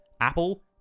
Apple